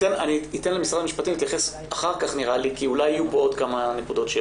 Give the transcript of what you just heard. אתן למשרד המשפטים להתייחס אחר כך כי אולי יעלו פה עוד כמה נקודות.